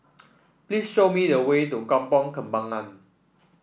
please show me the way to Kampong Kembangan